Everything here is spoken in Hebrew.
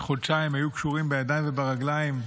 שחודשיים היו כבולים בידיים וברגליים,